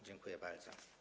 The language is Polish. Dziękuję bardzo.